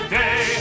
day